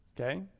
okay